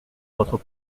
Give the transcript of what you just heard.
votre